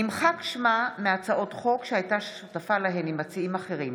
נמחק שמה מהצעות חוק שהייתה שותפה להן עם מציעים אחרים.